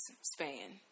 span